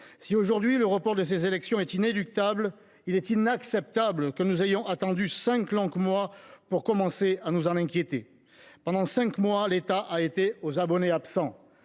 Si, aujourd’hui, leur report est inéluctable, il est inacceptable que nous ayons attendu cinq longs mois pour commencer à nous en inquiéter. Pendant cinq mois, l’État a été aux abonnés absents.